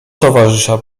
towarzysza